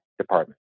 department